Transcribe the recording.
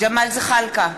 ג'מאל זחאלקה,